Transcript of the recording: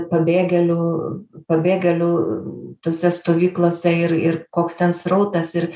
pabėgėlių pabėgėlių tose stovyklose ir ir koks ten srautas ir